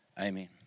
Amen